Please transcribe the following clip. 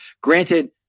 Granted